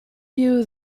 you